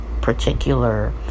particular